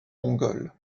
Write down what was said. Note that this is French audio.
mongols